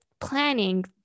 planning